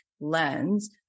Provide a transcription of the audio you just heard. lens